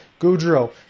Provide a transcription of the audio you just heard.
Goudreau